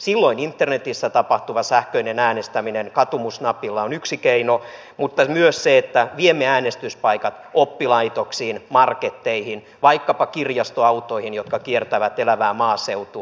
silloin internetissä tapahtuva sähköinen äänestäminen katumusnapilla on yksi keino mutta myös se että viemme äänestyspaikat oppilaitoksiin marketteihin vaikkapa kirjastoautoihin jotka kiertävät elävää maaseutua